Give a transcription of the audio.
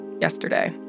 yesterday